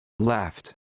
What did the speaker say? Left